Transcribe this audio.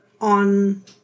on